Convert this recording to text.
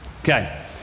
Okay